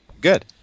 good